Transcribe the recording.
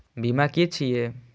बीमा की छी ये?